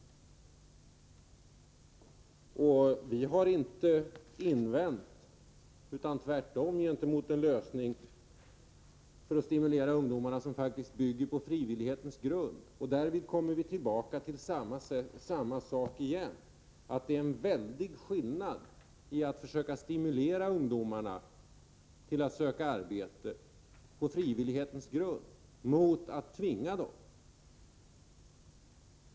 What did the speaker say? Vi har inte invänt mot en sådan verksamhet när det gäller att stimulera ungdomarna— tvärtom — men vi hävdar att den skall bygga på frivillighetens grund. Jag kommer tillbaka till samma sak: Det är en väldig skillnad mellan att söka stimulera ungdomarna till att söka arbete på frivillighetens grund och att tvinga dem.